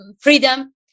freedom